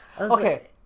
Okay